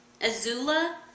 Azula